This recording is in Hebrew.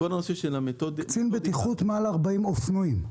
קצין בטיחות במקרה של מעל 40 אופנועים.